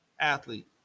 athlete